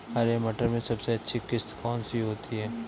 हरे मटर में सबसे अच्छी किश्त कौन सी होती है?